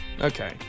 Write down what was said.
Okay